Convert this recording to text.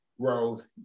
growth